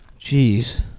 Jeez